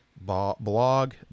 blog